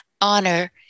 honor